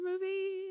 movie